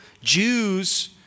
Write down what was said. Jews